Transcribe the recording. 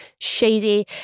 shady